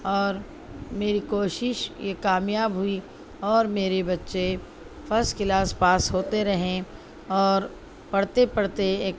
اور میری کوشش یہ کامیاب ہوئی اور میرے بچے فسٹ کلاس پاس ہوتے رہیں اور پڑھتے پڑھتے